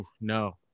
no